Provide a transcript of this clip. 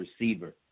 receiver